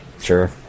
sure